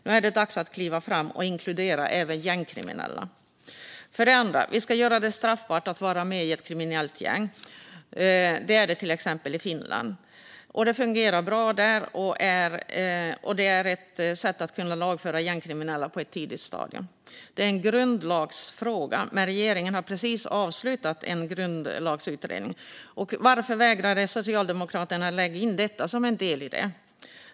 Nu är det dags att ta ett kliv framåt och inkludera även gängkriminella. För det andra ska vi göra det straffbart att vara med i ett kriminellt gäng. Det är det redan i till exempel Finland. Det fungerar bra där och är ett sätt att kunna lagföra gängkriminella på ett tidigt stadium. Det här är en grundlagsfråga. Regeringen har precis avslutat en grundlagsutredning. Varför vägrade Socialdemokraterna lägga in detta som en del i den?